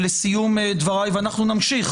ואנחנו נמשיך.